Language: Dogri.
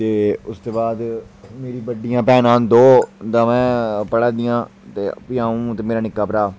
फ्ही उसदे बाद साढ़े घरा आह्ले मेरे बापू न जेह्के ओह् मास्टर हे मेरी मम्मी हाऊस वाइफ हियां उ'नें घर गै कम्म कीता ते ओह् राजनीति च रेह् दियां सरपंच सरपुंची बी ऐ कीती